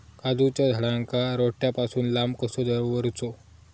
काजूच्या झाडांका रोट्या पासून लांब कसो दवरूचो?